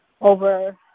over